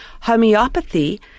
Homeopathy